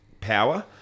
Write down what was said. power